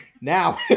Now